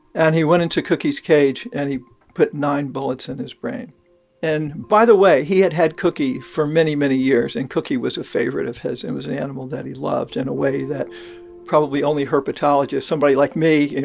and he went into cookie's cage and he put nine bullets in his brain and by the way, he had had cookie for many, many years. and cookie was a favorite of his. it was an animal that he loved in a way that probably only herpetologists somebody like me, you